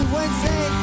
Wednesday